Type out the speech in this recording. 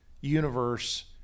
universe